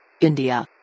India